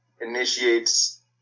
initiates